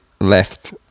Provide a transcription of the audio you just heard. left